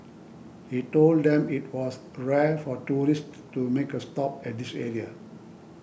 he told them that it was rare for tourists to make a stop at this area